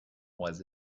was